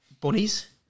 Bunnies